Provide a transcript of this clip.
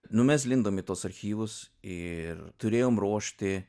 nu mes lindom į tuos archyvus ir turėjom ruošti